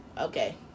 okay